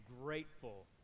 grateful